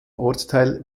ortsteil